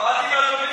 למדתי מהטובים ביותר.